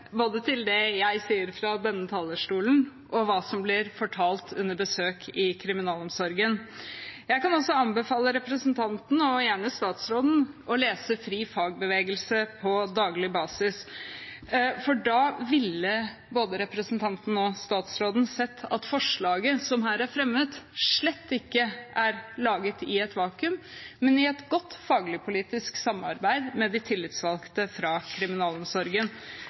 både til det jeg sier fra denne talerstolen, og til hva som blir fortalt under besøk i kriminalomsorgen. Jeg kan også anbefale representanten og gjerne statsråden å lese FriFagbevegelse på daglig basis, for da ville både representanten og statsråden sett at forslaget som her er fremmet, slett ikke er laget i et vakuum, men i et godt faglig-politisk samarbeid med de tillitsvalgte fra kriminalomsorgen.